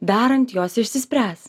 darant jos išsispręs